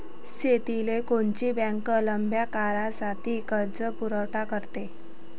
शेतीले कोनची बँक लंब्या काळासाठी कर्जपुरवठा करते?